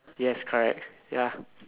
yes correct ya